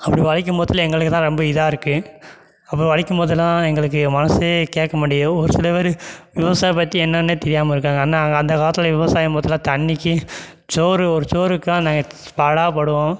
அப்படி வலிக்கும் போதில் எங்களுக்கு தான் ரொம்ப இதாக இருக்குது அப்போ வலிக்கும் போதுலாம் எங்களுக்கு மனதே கேட்க மாட்டேக்கிது ஒரு சில பேர் விவசாயம் பற்றி என்னன்னே தெரியாமல் இருக்காங்க ஆனால் அந்தக் காலத்தில் விவசாயம் தண்ணிக்கு சோறு ஒரு சோறுக்காக நாங்கள் பாடாபடுவோம்